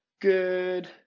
Good